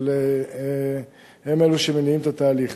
אבל הם אלו שמניעים את התהליך.